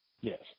Yes